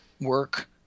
work